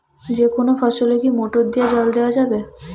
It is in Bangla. যেকোনো ফসলে কি মোটর দিয়া জল দেওয়া যাবে?